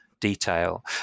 detail